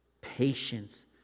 patience